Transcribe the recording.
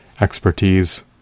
expertise